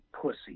pussy